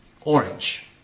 Orange